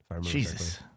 Jesus